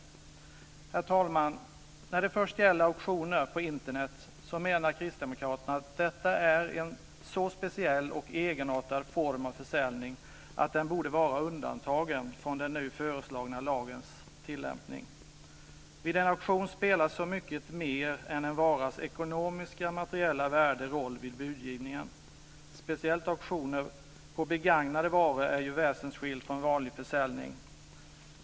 Herr talman! När det först gäller auktioner på Internet menar Kristdemokraterna att detta är en så speciell och egenartad form av försäljning att den borde vara undantagen från den nu föreslagna lagens tillämpning. Vid en auktion spelar så mycket mer än en varas ekonomiska materiella värde roll vid budgivningen. Speciellt auktioner på begagnade varor är väsensskilda från vanlig försäljning.